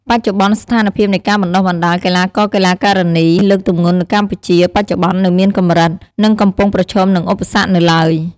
បច្ចុប្បន្នស្ថានភាពនៃការបណ្តុះបណ្តាលកីឡាករ-កីឡាការិនីលើកទម្ងន់នៅកម្ពុជាបច្ចុប្បន្ននៅមានកម្រិត និងកំពុងប្រឈមនឹងឧបសគ្គនៅឡើយ។